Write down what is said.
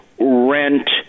rent